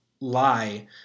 lie